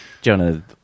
Jonah